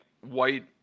white